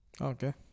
Okay